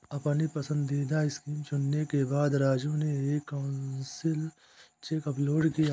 अपनी पसंदीदा स्कीम चुनने के बाद राजू ने एक कैंसिल चेक अपलोड किया